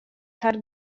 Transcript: har